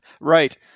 Right